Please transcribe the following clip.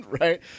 Right